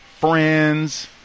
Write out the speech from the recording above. friends